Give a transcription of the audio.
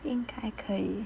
应该可以